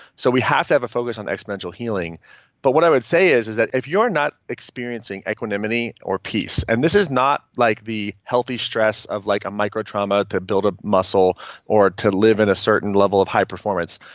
so we have to have a focus on exponential healing but what i would say is is that if you're not experiencing equanimity or peace, and this is not like the healthy stress of like a micro-trauma to build ah muscle or to live in a certain level of high performance,